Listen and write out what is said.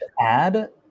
add